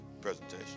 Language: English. presentation